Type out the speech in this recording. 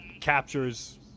captures